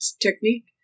technique